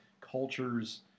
cultures